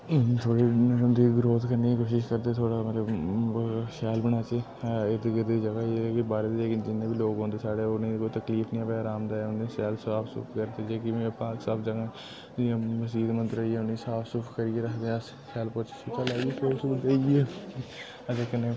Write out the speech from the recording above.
थोह्ड़ी अपनी कंट्री दी ग्रोथ करने दी कोशश करदे थोह्ड़ा मतलब शैल बनाचै इर्द गिर्द जगह् बाह्रै दे जिन्ने बी लोक औंदे साढ़ै उ'नेंगी कोई तकलीफ नी होऐ अराम दे औन शैल साफ सूफ करचै जेह्की मेरे पार्क शार्क जगह् न जियां मस्जिद मंदर होई गेआ उ'नेंगी साफ सुफ करियै रखदे अस शैल पौचा छौचा लाइयै तेल तूल देइयै अग्गें कन्नै